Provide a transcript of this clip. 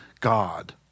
God